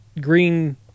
green